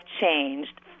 changed